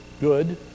good